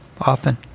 often